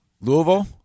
Louisville